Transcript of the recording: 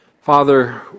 Father